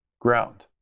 ground